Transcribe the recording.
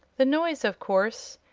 the noise, of course.